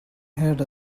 had